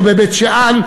לא בבית-שאן,